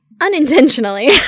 Unintentionally